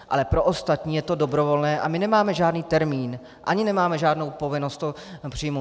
Ale pro ostatní je to dobrovolné A my nemáme žádný termín ani nemáme žádnou povinnost to přijmout.